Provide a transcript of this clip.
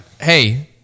Hey